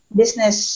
business